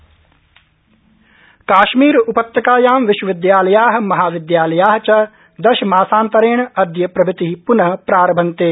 काश्मीर विश्वविद्यालया काश्मीर उपत्यकायां विश्वविद्यालया महाविद्यालया च दशमासान्तरेण अद्य प्रभृति पुन प्रारभन्ते